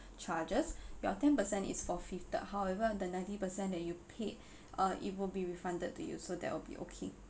charges your ten percent is forfeited however the ninety percent that you paid uh it will be refunded to you so that would be okay